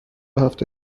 هفته